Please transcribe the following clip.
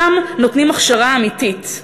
שם נותנים הכשרה אמיתית.